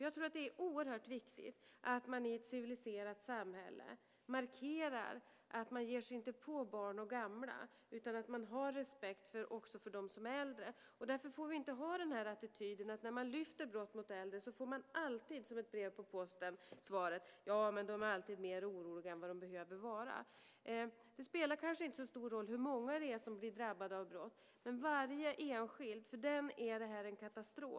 Jag tror att det är oerhört viktigt att i ett civiliserat samhälle markera att man inte ger sig på barn och gamla, utan att man ska ha respekt för dem som är äldre. Därför får vi inte ha den här attityden när man lyfter fram brott mot äldre att svaret kommer, som ett brev på posten: Ja, men de är alltid mer oroliga än vad de behöver vara. Det spelar kanske inte så stor roll hur många det är som blir drabbade av brott, men för varje enskild är det en katastrof.